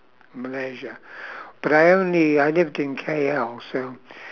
malaysia but I only I lived in K_L so